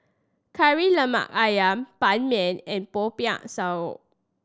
Kari Lemak Ayam Ban Mian and Popiah Sayur